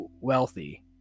wealthy